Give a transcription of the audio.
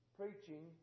preaching